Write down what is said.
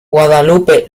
guadalupe